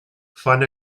fan